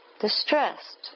distressed